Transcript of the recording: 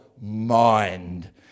mind